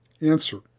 Answer